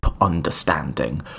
understanding